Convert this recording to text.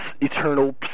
eternal